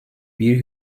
bir